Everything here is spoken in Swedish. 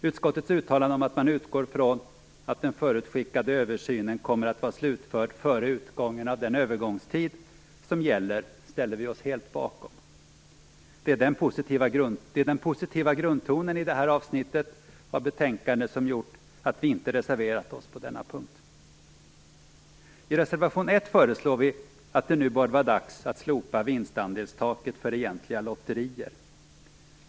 Utskottets uttalande om att man utgår från att den förutskickade översynen kommer att vara slutförd före utgången av den övergångstid som gäller ställer vi oss helt bakom. Det är den positiva grundtonen i detta avsnitt av betänkandet som gjort att vi inte reserverat oss på denna punkt. I reservation 1 föreslår vi att det nu borde vara dags att slopa vinstandelstaket för egentliga lotterier.